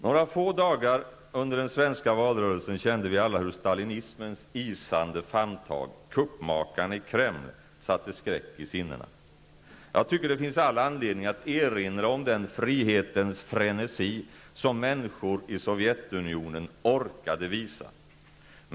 Några få dagar under den svenska valrörelsen kände vi alla hur stalinismens isande famntag -- kuppmakarna i Kreml -- satte skräck i sinnena. Jag tycker att det finns all anledning att erinra om den frihetens frenesi som människor i Sovjetunionen orkade visa.